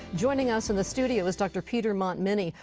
joining us in the studio is dr. peter montminy,